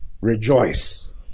Rejoice